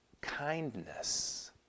kindness